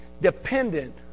dependent